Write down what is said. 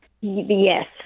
Yes